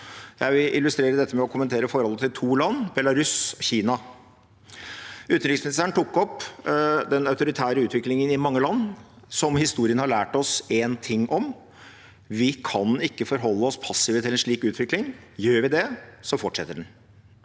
Jeg vil illustrere dette med å kommentere forholdet til to land: Belarus og Kina. Utenriksministeren tok opp den autoritære utviklingen i mange land, som historien har lært oss én ting om: Vi kan ikke forholde oss passive til en slik utvikling. Gjør vi det, fortsetter den.